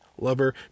lover